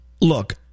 look